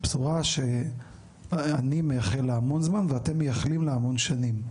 בשורה שאני מייחל לה המון זמן ואתם מייחלים לה המון שנים.